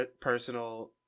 personal